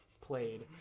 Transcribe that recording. played